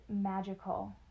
magical